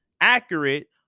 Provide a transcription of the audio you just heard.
Accurate